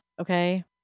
Okay